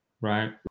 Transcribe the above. Right